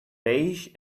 beige